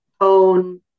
own